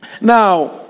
Now